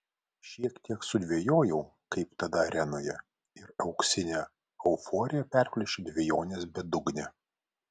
šiek tiek sudvejojau kaip tada arenoje ir auksinę euforiją perplėšė dvejonės bedugnė